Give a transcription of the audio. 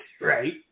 Right